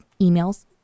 emails